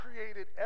created